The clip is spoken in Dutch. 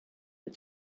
het